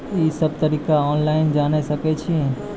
ई सब तरीका ऑनलाइन जानि सकैत छी?